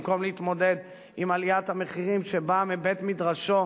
במקום להתמודד עם עליית המחירים שבאה מבית-מדרשו,